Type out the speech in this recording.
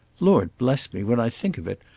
lord bless me when i think of it,